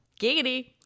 Giggity